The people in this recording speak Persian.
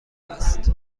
است